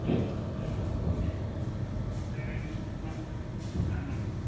సరే అండి ఉం ఆ